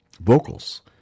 vocals